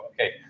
okay